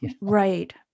Right